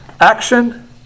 action